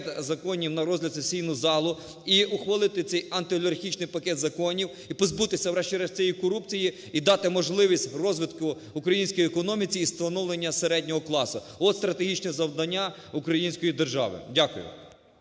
законів на розгляд в сесійну залу і ухвалити цей антиолігархічний пакет законів, і позбутися врешті-решт цієї корупції, і дати можливість розвитку українській економіці, і становлення середнього класу. От стратегічне завдання української держави. Дякую.